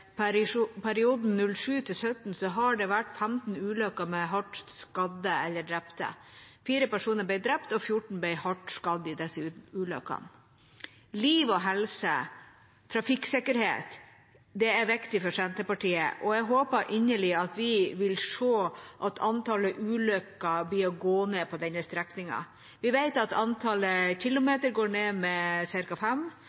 i perioden 2007–2017 var det 15 ulykker med hardt skadde eller drepte – 4 personer ble drept og 14 ble hardt skadd i disse ulykkene. Liv og helse, trafikksikkerhet, er viktig for Senterpartiet, og jeg håper inderlig at vi vil se at antall ulykker går ned på denne strekningen. Vi vet at